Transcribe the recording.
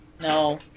No